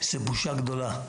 זה בושה גדולה.